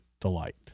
delight